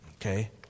Okay